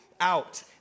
out